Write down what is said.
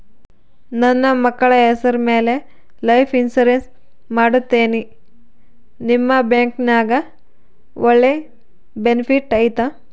ನನ್ನ ಮಕ್ಕಳ ಹೆಸರ ಮ್ಯಾಲೆ ಲೈಫ್ ಇನ್ಸೂರೆನ್ಸ್ ಮಾಡತೇನಿ ನಿಮ್ಮ ಬ್ಯಾಂಕಿನ್ಯಾಗ ಒಳ್ಳೆ ಬೆನಿಫಿಟ್ ಐತಾ?